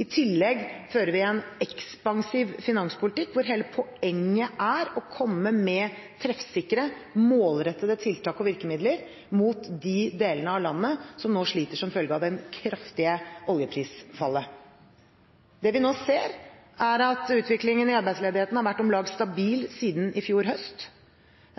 I tillegg fører vi en ekspansiv finanspolitikk, hvor hele poenget er å komme med treffsikre, målrettede tiltak og virkemidler mot de delene av landet som nå sliter som følge av det kraftige oljeprisfallet. Det vi nå ser, er at utviklingen i arbeidsledigheten har vært om lag stabil siden i fjor høst.